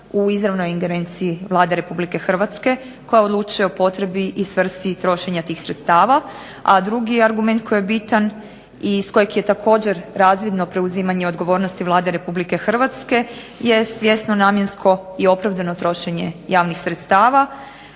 u izravnoj ingerenciji Vlade Republike Hrvatske, koja odlučuje o potrebi i svrsi trošenja tih sredstava, a drugi argument koji je bitan i iz kojeg je također razvidno preuzimanje odgovornosti Vlade Republike Hrvatske je svjesno namjensko i opravdano trošenje javnih sredstava,